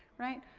right?